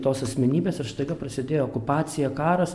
tos asmenybės ir staiga prasidėjo okupacija karas